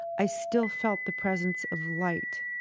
i still felt the presence of light.